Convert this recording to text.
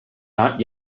not